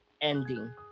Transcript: ending